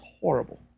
horrible